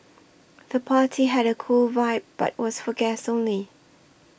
the party had a cool vibe but was for guests only